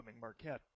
Marquette